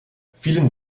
vielen